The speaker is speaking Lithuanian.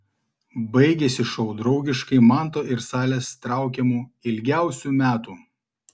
baigėsi šou draugiškai manto ir salės traukiamu ilgiausių metų